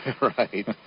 Right